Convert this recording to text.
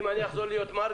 אם אני אחזור להיות מרגי,